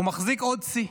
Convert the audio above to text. הוא מחזיק עוד שיא,